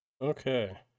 Okay